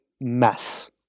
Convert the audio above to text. mess